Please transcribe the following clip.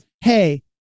Hey